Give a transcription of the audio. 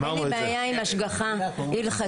אין לי בעיה עם השגחה הלכתית.